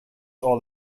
all